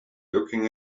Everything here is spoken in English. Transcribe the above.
looking